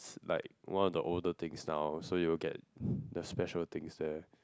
like one of the older things now so you will get the special things there